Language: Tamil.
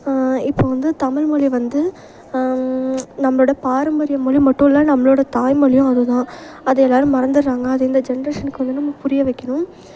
இப்போ வந்து தமிழ் மொழி வந்து நம்மளோட பாரம்பரிய மொழி மட்டும் இல்லை நம்மளோட தாய்மொழியும் அதுதான் அத எல்லாேரும் மறந்துடுறாங்க அது இந்த ஜென்ரேஷனுக்கு வந்து நம்ம புரிய வைக்கணும்